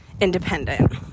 independent